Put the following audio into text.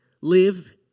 live